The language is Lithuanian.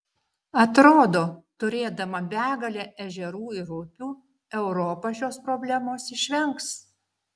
atrodo turėdama begalę ežerų ir upių europa šios problemos išvengs